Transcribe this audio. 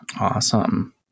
Awesome